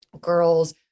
girls